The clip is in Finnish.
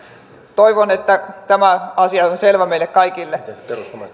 toivon että tämä asia on selvä meille kaikille